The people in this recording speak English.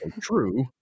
true